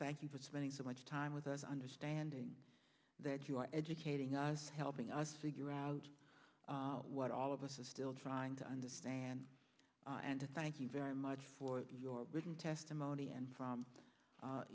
thank you for spending so much time with us understanding that you are educating us helping us figure out what all of us are still trying to understand and to thank you very much for your written testimony and from